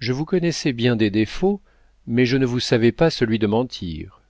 je vous connaissais bien des défauts mais je ne vous savais pas celui de mentir